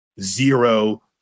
Zero